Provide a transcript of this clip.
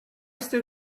still